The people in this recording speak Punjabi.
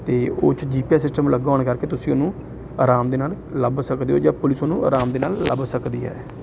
ਅਤੇ ਉਹ 'ਚ ਜੀ ਪੀ ਐਸ ਸਿਸਟਮ ਲੱਗਾ ਹੋਣ ਕਰਕੇ ਤੁਸੀਂ ਉਹਨੂੰ ਆਰਾਮ ਦੇ ਨਾਲ ਲੱਭ ਸਕਦੇ ਹੋ ਜਾਂ ਪੁਲਿਸ ਉਹਨੂੰ ਆਰਾਮ ਦੇ ਨਾਲ ਲੱਭ ਸਕਦੀ ਹੈ